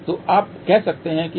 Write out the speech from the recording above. तो आप कह सकते हैं कि S12S21